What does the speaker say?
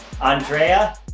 Andrea